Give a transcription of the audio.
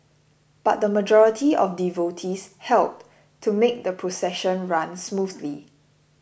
but the majority of devotees helped to make the procession run smoothly